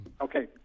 okay